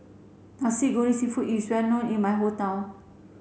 Nasi Goreng Seafood is well known in my hometown